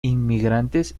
inmigrantes